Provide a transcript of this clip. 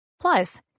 Plus